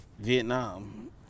Vietnam